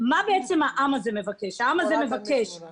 מה בעצם העם הזה מבקש העם הזה מבקש